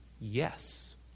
Yes